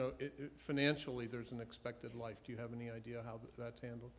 know financially there's an expected life do you have any idea how that's handled